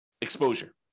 exposure